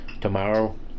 Tomorrow